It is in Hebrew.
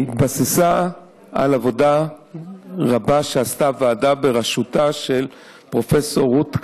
היא התבססה על עבודה רבה שעשתה הוועדה בראשותה של פרופ' רות קנאי,